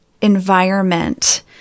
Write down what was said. environment